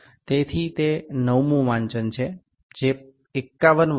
તેથી તે 9મું વાંચન છે જે 51 વત્તા 0